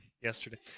yesterday